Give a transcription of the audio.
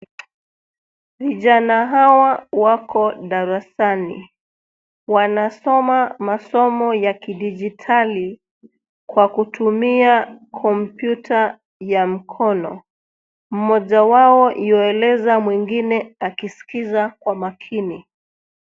Vijana hawa wako darasani. Wanasoma masomo ya kidijitali kwa kutumia kompyuta ya mkono. Mmoja wao yueleza mwingine akiskiza kwa makini.